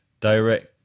direct